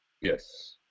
Yes